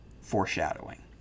foreshadowing